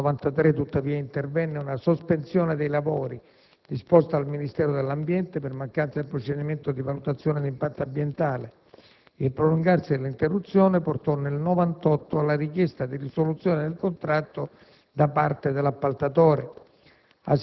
Nel 1993, tuttavia, intervenne una sospensione dei lavori disposta dal Ministero dell'ambiente per mancanza del procedimento di valutazione di impatto ambientale. Il prolungarsi dell'interruzione portò nel 1998 alla richiesta di risoluzione del contratto da parte dell'appaltatore.